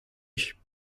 ich